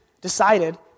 decided